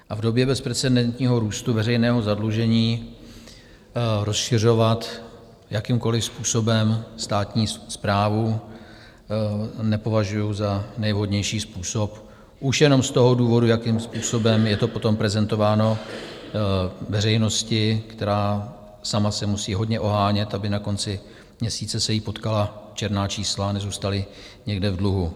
V době bezprecedentního růstu veřejného zadlužení rozšiřovat jakýmkoliv způsobem státní správu nepovažuju za nejvhodnější způsob už jenom z toho důvodu, jakým způsobem je to potom prezentováno veřejnosti, která sama se musí hodně ohánět, aby na konci měsíce se jí potkala černá čísla, nezůstali někde v dluhu.